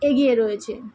এগিয়ে রয়েছে